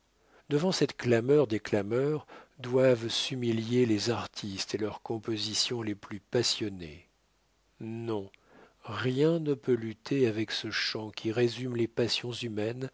devant cette clameur des clameurs doivent s'humilier les artistes et leurs compositions les plus passionnées non rien ne peut lutter avec ce chant qui résume les passions humaines